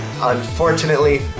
Unfortunately